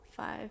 five